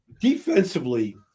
Defensively